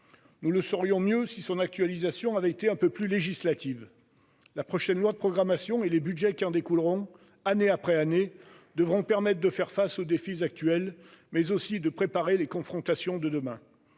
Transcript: Nous le saurions mieux si son actualisation avait été un peu plus « législative »! La prochaine loi de programmation et les budgets qui en découleront, année après année, devront permettre de faire face aux défis actuels, mais aussi de préparer les confrontations de demain.